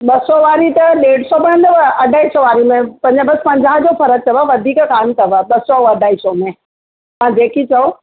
ॿ सौ वारी त ॾेढ सौ पवंदव अढ़ाई सौ वारी में पंज बसि पंजाह जो फ़र्क अथव वधीक कोन्ह अथव ॿ सौ अढ़ाई सौ में तव्हां जेकी चओ